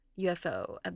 UFO